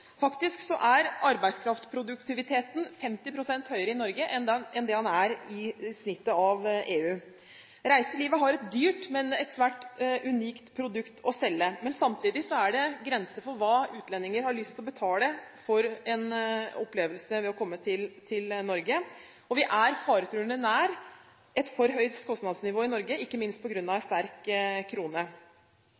Faktisk er arbeidskraftproduktiviteten 50 pst. høyere i Norge enn det den er i snittet av EU. Reiselivet har et dyrt, men svært unikt produkt å selge. Samtidig er det grenser for hva utlendinger har lyst til å betale for en opplevelse ved å komme til Norge. Vi er faretruende nær et for høyt kostnadsnivå i Norge, ikke minst på grunn av en